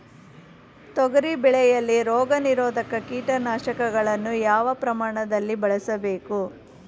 ತೊಗರಿ ಬೆಳೆಯಲ್ಲಿ ರೋಗನಿರೋಧ ಕೀಟನಾಶಕಗಳನ್ನು ಯಾವ ಪ್ರಮಾಣದಲ್ಲಿ ಬಳಸಬೇಕು?